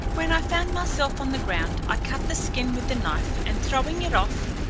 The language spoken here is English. when i found myself on the ground, i cut the skin with the knife, and throwing it off,